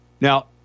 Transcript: Now